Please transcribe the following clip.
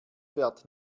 fährt